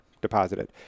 deposited